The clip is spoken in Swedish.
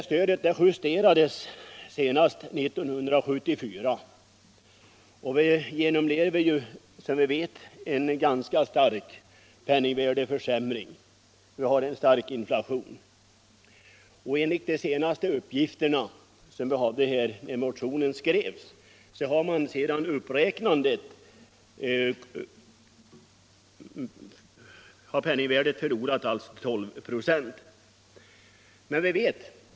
Stödet justerades senast 1974, och som alla vet pågår det en ganska stark penningvärdeförsämring. Vi har en stark inflation. Enligt de uppgifter som förelåg när motionen skrevs har penningvärdet efter senaste justeringen försämrats med 12 96.